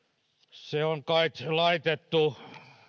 ne on kai laitettu